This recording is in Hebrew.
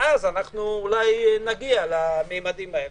ואז אולי נגיע למימדים האלה.